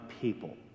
people